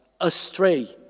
astray